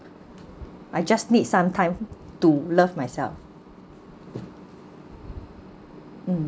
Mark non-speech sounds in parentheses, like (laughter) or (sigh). I just need some time to love myself (noise)